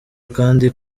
kandi